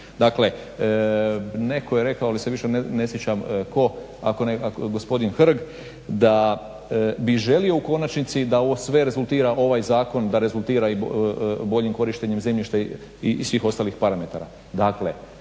Dakle, netko je rekao, ali se više ne sjećam tko, ako je gospodin Hrg, da bi želio u konačnici da ovo sve rezultira, ovaj zakon da rezultira i boljim korištenjem zemljišta i svih ostalih parametara.